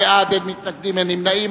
15 בעד, אין מתנגדים, אין נמנעים.